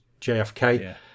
JFK